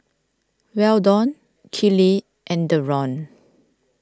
Weldon Kiley and Deron